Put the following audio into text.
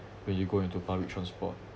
when you go into public transport